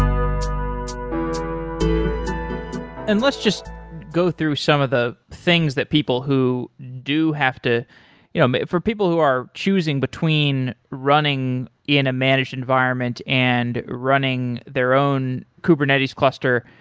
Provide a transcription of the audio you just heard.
and let's just go through some of the things that people who do have to you know but for people who are choosing between running in a managed environment and running their own kubernetes cluster,